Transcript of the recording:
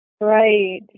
right